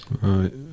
right